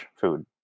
food